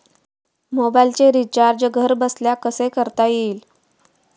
मोबाइलचे रिचार्ज घरबसल्या कसे करता येईल?